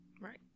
Right